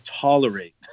tolerate